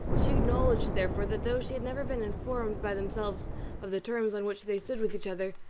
she acknowledged, therefore, that though she had never been informed by themselves of the terms on which they stood with each other,